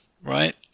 Right